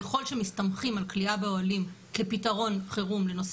ככל שמסתמכים על כליאה באוהלים כפתרון חירום לנושא